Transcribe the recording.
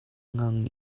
ngang